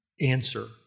answer